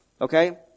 Okay